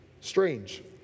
Strange